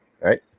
right